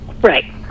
Right